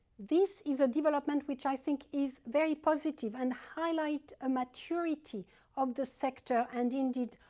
this is a development which i think is very positive and highlight a maturity of the sector and indeed,